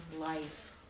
life